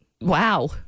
Wow